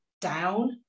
down